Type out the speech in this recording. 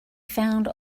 found